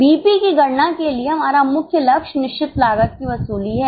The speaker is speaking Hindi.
बीईपी की गणना के लिए हमारा मुख्य लक्ष्य निश्चित लागत की वसूली है